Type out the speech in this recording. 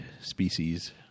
species